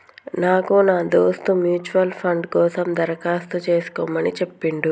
నాకు నా దోస్త్ మ్యూచువల్ ఫండ్ కోసం దరఖాస్తు చేసుకోమని చెప్పిండు